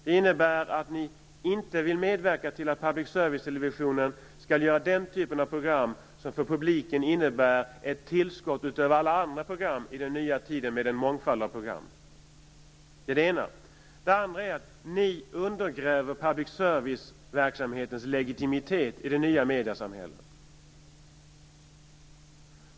Det innebär att ni inte vill medverka till att public service-televisionen skall göra den typen av program som för publiken innebär ett tillskott utöver alla andra program i den nya tiden med en mångfald av program. Vidare innebär det att ni undergräver public service-verksamhetens legitimitet i det nya mediesamhället.